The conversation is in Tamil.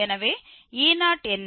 எனவே e0 என்ன